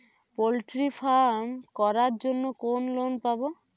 Poultry farm করার জন্য কোন লোন পাব?